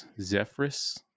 Zephyrus